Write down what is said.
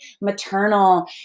maternal